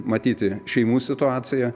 matyti šeimų situaciją